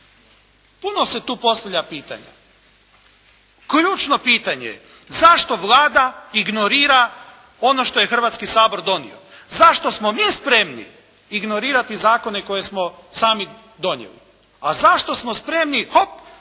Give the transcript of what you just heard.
Puno se tu postavlja pitanja. Ključno pitanje je zašto Vlada ignorira ono što je Hrvatski sabor donio? Zašto smo mi spremni ignorirati zakone koje smo sami donijeli? A zašto smo spremni, hop,